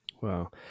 wow